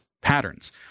patterns